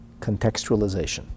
contextualization